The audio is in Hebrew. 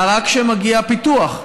רק כשמגיע הפיתוח.